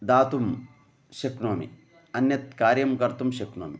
दातुं शक्नोमि अन्यत् कार्यं कर्तुं शक्नोमि